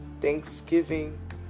Thanksgiving